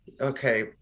Okay